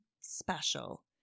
special